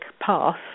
path